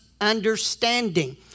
understanding